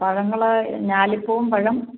പഴങ്ങൾ ഞാലിപ്പൂവൻ പഴം